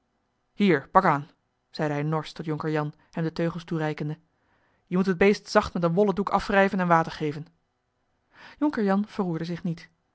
hier pak aan zeide hij norsch tot jonker jan hem de teugels toereikende je moet het beest zacht met een wollen doek afwrijven en water geven jonker jan verroerde zich niet